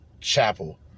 Chapel